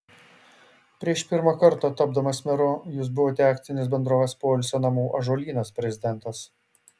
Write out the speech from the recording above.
prieš pirmą kartą tapdamas meru jūs buvote akcinės bendrovės poilsio namų ąžuolynas prezidentas